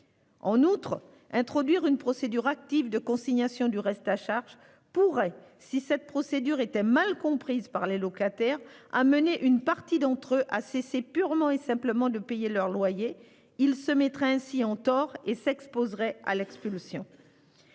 En outre, introduire une procédure active de consignation du reste à charge pourrait, si cette procédure était mal comprise par les locataires, amener une partie d'entre eux à cesser purement et simplement de payer leur loyer. Ils se mettraient ainsi en tort et s'exposeraient à une expulsion.